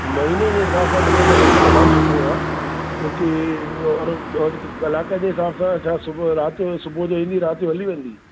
महीने जे हिसाब सां मिले त वधी तमामु सुठो आहे छो की और और कलाक जे हिसाब सां छा सुबुह जो राति जो सुबह जो ईंदी राति जो हली वेंदी